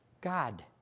God